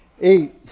eight